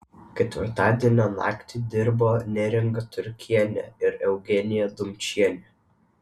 ketvirtadienio naktį dirbo neringa turkienė ir eugenija dumčienė